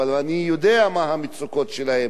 אני יודע מה המצוקות שלהם,